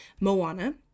Moana